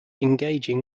engaging